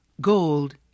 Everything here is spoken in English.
gold